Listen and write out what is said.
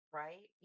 right